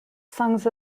songs